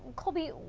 colby,